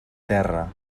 terra